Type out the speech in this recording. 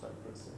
tak dre~ seh